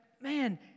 man